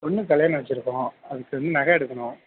பொண்ணுக்கு கல்யாணம் வச்சுருக்கோம் அதுக்கு வந்து நகை எடுக்கணும்